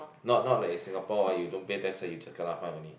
not not like in Singapore ah you don't pay tax you kena fine only